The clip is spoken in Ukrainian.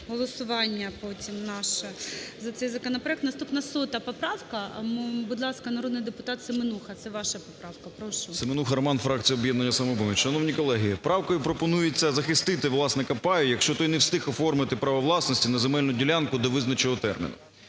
голосування потім наше за цей законопроект. Наступна 100 поправка. Будь ласка, народний депутат Семенуха, це ваша поправка. Прошу. 13:34:19 СЕМЕНУХА Р.С. Семенуха Роман, фракція "Об'єднання "Самопоміч". Шановні колеги, правкою пропонується захистити власника паю, якщо той не встиг оформити право власності на земельну ділянку до визначеного терміну.